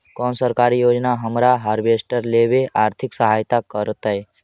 कोन सरकारी योजना हमरा हार्वेस्टर लेवे आर्थिक सहायता करतै?